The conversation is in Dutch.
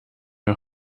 een